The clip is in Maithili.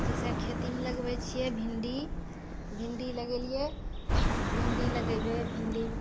जइसे खेतीमे लगबै छिए भिन्डी भिन्डी लगेलिए भिन्डी लगेबै भिन्डी